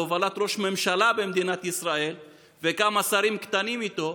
בהובלת ראש ממשלה במדינת ישראל וכמה שרים קטנים איתו,